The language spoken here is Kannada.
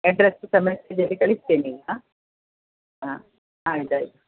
ಎಡ್ರೆಸ್ ಸಮೇತ ಕಳಿಸ್ತೇನೆ ಈಗ ಹಾಂ ಆಯ್ತು ಆಯ್ತು